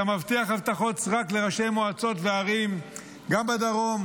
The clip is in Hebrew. אתה מבטיח הבטחות סרק לראשי מועצות וערים גם בצפון וגם בדרום,